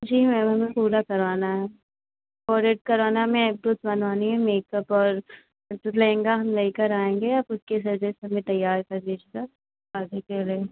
जी ma'am हमें पूरा करवाना है फ़ोरहेड करवाना है हमें अइब्रोज़ बनवानी है मेकअप और जो लहंगा हम लेकर आएँगे आप उसके सजेस हमें तैयार कर दीजिएगा अभी के लिए